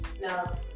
No